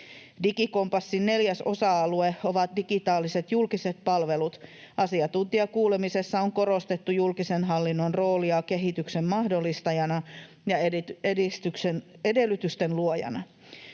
Digikompassin neljäs osa-alue ovat digitaaliset julkiset palvelut. Asiantuntijakuulemisessa on korostettu julkisen hallinnon roolia kehityksen mahdollistajana ja edellytysten luojana.